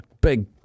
big